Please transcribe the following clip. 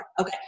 okay